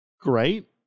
great